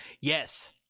yes